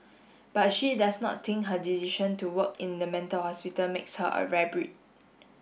but she does not think her decision to work in the mental hospital makes her a rare breed